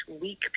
weak